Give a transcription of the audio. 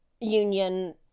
union